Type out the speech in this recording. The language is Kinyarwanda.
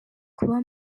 kuba